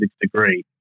degree